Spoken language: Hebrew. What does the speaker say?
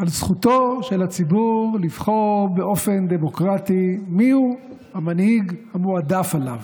על זכותו של הציבור לבחור באופן דמוקרטי מיהו המנהיג המועדף עליו.